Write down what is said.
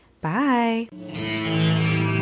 Bye